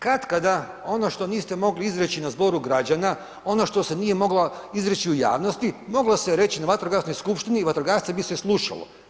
Katkada ono što niste mogli izreći na zboru građana, ono što se nije moglo izreći u javnosti, moglo se reći na vatrogasnoj skupštini i vatrogasce bi se slušalo.